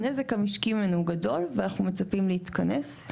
הנזק המשקי הוא גדול ואנחנו מצפים להתכנס.